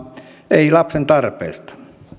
ei lapsen tarpeesta